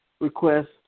request